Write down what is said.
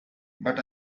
but